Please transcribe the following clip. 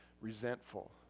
resentful